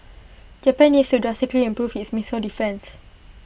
Japan needs to drastically improve its missile defence